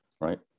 right